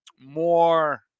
more